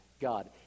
God